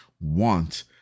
want